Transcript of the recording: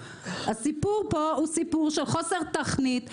הסיפור פה הוא סיפור של חוסר תכנית,